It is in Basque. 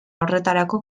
horretarako